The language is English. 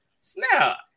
snap